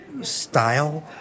style